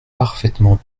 parfaitement